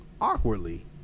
awkwardly